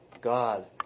God